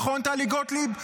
נכון, טלי גוטליב?